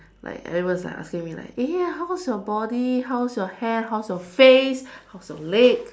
like everybody was like asking me like eh how is your body how is your hair how is your face how is your leg